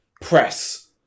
press